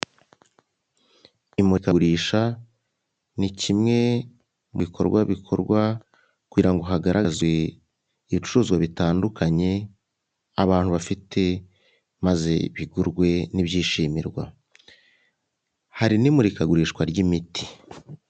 Imurikagurisha ni kimwe mu bikorwa bikorwa kugira ngo hagaragazwe ibicuruzwa bitandukanye abantu bafite, maze bigurwe nibyishimirwa, hari n'imurikagurisha ry'imiti.